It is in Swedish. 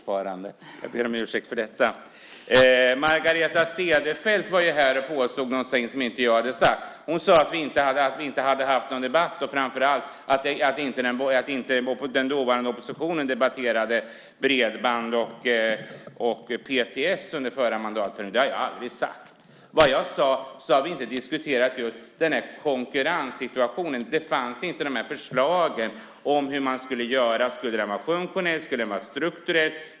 Herr talman! Margareta Cederfelt påstod här något som jag inte har sagt. Hon sade att vi inte hade haft en debatt, framför allt att den dåvarande oppositionen inte debatterade bredband och PTS under förra mandatperioden. Det har jag aldrig sagt. Jag sade att vi inte har diskuterat konkurrenssituationen. Förslagen fanns inte om hur man skulle göra. Skulle det vara funktionellt eller strukturellt?